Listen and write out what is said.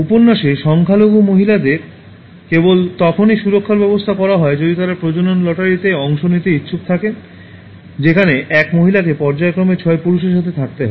উপন্যাসে সংখ্যালঘু মহিলাদের কেবল তখনই সুরক্ষার ব্যবস্থা করা হয় যদি তারা প্রজনন লটারিতে অংশ নিতে ইচ্ছুক থাকে যেখানে এক মহিলাকে পর্যায়ক্রমে ছয় পুরুষের সাথে থাকতে হয়